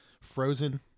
frozen